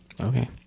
Okay